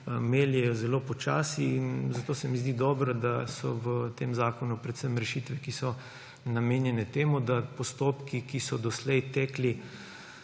meljejo zelo počasi, in zato se mi zdi dobro, da so v tem zakonu predvsem rešitve, ki so namenjene temu, da postopki, ki so doslej tekli